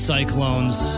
Cyclones